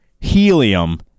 Helium